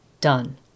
done